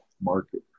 market